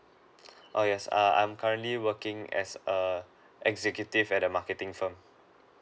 oh yes err I'm currently working as err executive at the marketing firm